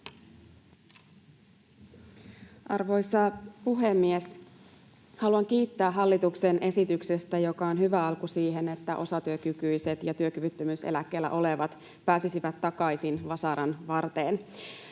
Arvoisa puhemies! Haluan kiittää hallituksen esityksestä, joka on hyvä alku siihen, että osatyökykyiset ja työkyvyttömyys-eläkkeellä olevat pääsisivät takaisin vasaran varteen.